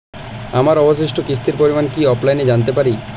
আমার অবশিষ্ট কিস্তির পরিমাণ কি অফলাইনে জানতে পারি?